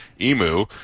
EMU